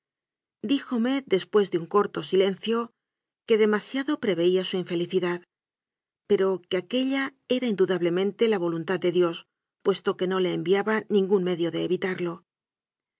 desdén díjome después de un corto silencio que demasiado pieveía su infelicidad pero que aquella era induda blemente la voluntad de dios puesto que no le enviaba ningún medio de evitarlo